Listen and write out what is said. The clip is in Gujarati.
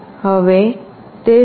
હવે તે 0